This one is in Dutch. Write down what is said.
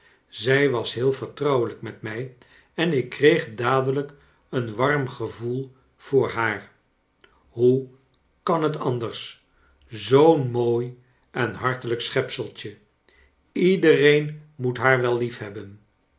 zij was heel vertrouwelijk met mij en ik kreeg dadelijk een warm gevoel voor haar hoe kan het anders zoo'n moo en hartelijk schepseltje iedereen moet haar wel lief